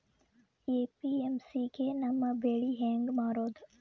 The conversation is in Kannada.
ಎ.ಪಿ.ಎಮ್.ಸಿ ಗೆ ನಮ್ಮ ಬೆಳಿ ಹೆಂಗ ಮಾರೊದ?